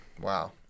Wow